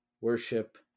worship